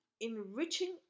enriching